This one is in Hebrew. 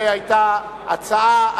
היתה הצעה,